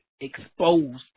exposed